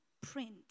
print